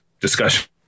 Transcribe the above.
discussion